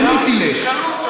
למי תלך,